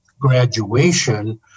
graduation